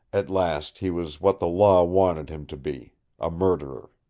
at last he was what the law wanted him to be a murderer.